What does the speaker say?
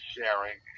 Sharing